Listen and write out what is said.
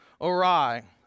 awry